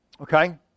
Okay